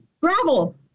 gravel